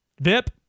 Vip